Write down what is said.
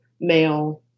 male